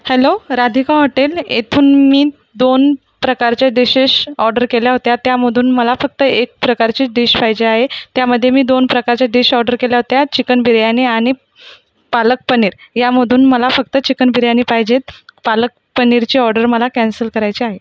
hello Radhika hotel येथून मी दोन प्रकारच्या डीशेस ऑर्डर केल्या होत्या त्यामधून मला फक्त एक प्रकारची डिश पाहिजे आहे त्यामध्ये मी दोन प्रकारच्या डिश ऑर्डर केल्या होत्या चिकन बिर्याणी आणि पालक पनीर यामधून मला फक्त चिकन बिर्याणी पाहिजेत पालक पनीरची ऑर्डर मला कॅन्सल करायची आहे